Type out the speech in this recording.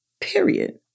Period